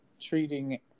treating